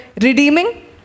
redeeming